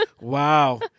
Wow